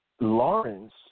Lawrence